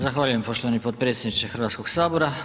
Zahvaljujem poštovani potpredsjedniče Hrvatskog sabora.